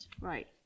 Right